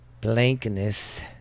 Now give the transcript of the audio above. blankness